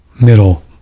middle